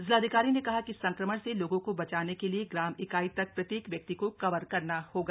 जिलाधिकारी ने कहा कि संक्रमण से लोगों को बचाने के लिए ग्राम इकाई तक प्रत्येक व्यक्ति को कवर करना होगा